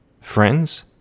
Friends